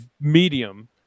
medium